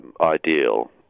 ideal